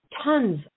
tons